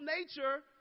nature